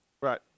Right